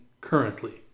currently